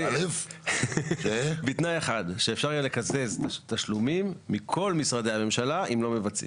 שיהיה אפשר לקזז תשלומים מכל משרדי הממשלה אם לא מבצעים.